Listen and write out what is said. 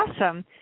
awesome